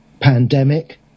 pandemic